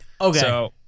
Okay